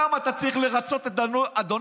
למה, אתה צריך לרצות את אדוניך?